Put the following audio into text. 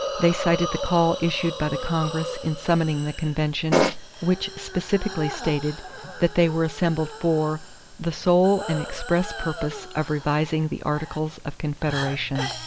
they cited the call issued by the congress in summoning the convention which specifically stated that they were assembled for the sole and express purpose of revising the articles of confederation.